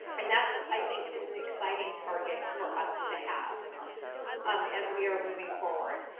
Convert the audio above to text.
and that i think is an exciting target for us to have um as we are moving forward.